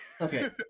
Okay